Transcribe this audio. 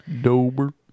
Dober